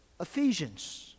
Ephesians